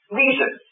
reason